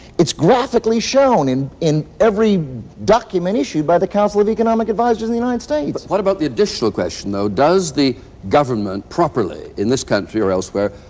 graphically shown in in every document issued by the council of economic advisors in the united states. but what about the additional question, though, does the government properly, in this country or elsewhere,